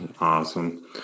awesome